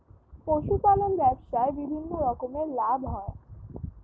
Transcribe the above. পশুপালন ব্যবসায় বিভিন্ন রকমের লাভ হয়